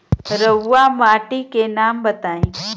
रहुआ माटी के नाम बताई?